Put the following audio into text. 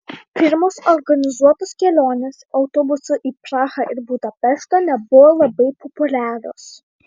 firmos organizuotos kelionės autobusu į prahą ir budapeštą nebuvo labai populiarios